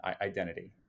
identity